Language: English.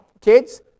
kids